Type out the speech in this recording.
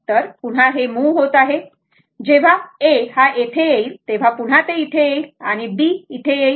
तर पुन्हा ते मूव होत आहेत जेव्हा A हा येथे येईल तेव्हा पुन्हा ते येईल आणि B हा येथे येईल